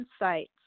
Insights